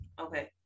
Okay